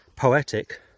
poetic